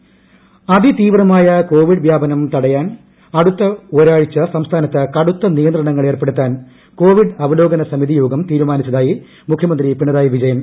Covid വ്യാപനം അതിതീവ്രമായ covid വ്യാപനം തടയാൻ അടുത്ത ഒരാഴ്ച സംസ്ഥാനത്ത് കടുത്തു നിയന്ത്രണങ്ങൾ ഏർപ്പെടത്താൻ കൊവിഡ് അവല്ലേക്കുന സമിതിയോഗം തീരുമാനിച്ചതായി മുഖ്യമന്ത്രി പ്രൂപിണറായി വിജയൻ